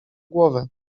głowę